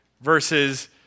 versus